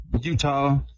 Utah